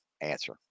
answer